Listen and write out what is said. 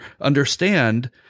understand